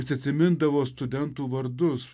jis atsimindavo studentų vardus